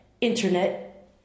Internet